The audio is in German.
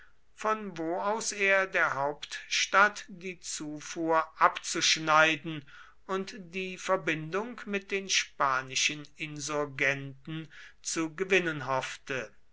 von wo aus er der hauptstadt die zufuhr abzuschneiden und die verbindung mit den spanischen insurgenten zu gewinnen hoffte